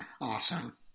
Awesome